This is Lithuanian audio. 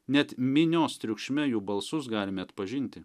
net minios triukšme jų balsus galime atpažinti